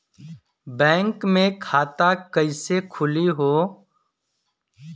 Bank मे खाता कईसे खुली हो?